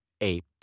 ape